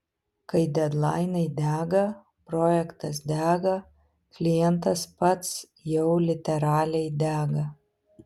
kai dedlainai dega projektas dega klientas pats jau literaliai dega